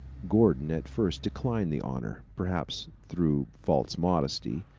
gordon at first declined the honor, perhaps through false modesty,